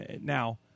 now